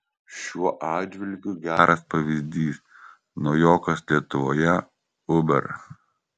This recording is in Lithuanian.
šiuo atžvilgiu geras pavyzdys naujokas lietuvoje uber